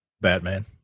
Batman